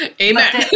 Amen